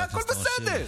והכול בסדר.